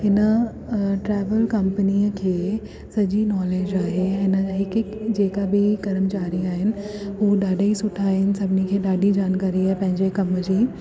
हिन ट्रैवल कंपनीअ खे सॼी नॉलेज आहे ऐं हिन जा हिकु हिकु जेका बि कर्मचारी आहिनि उहे ॾाढे ई सुठा आहिनि सभिनी खे ॾाढी जानकारी आहे पंहिंजे कमु जी